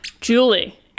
Julie